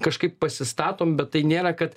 kažkaip pasistatom bet tai nėra kad